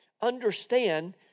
understand